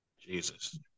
Jesus